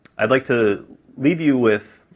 i'd like to leave you with